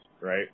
right